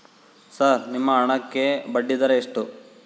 Sir ನಿಮ್ಮ ಹಣಕ್ಕೆ ಬಡ್ಡಿದರ ಎಷ್ಟು?